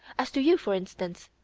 as to you, for instance,